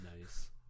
Nice